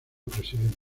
presidente